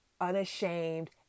unashamed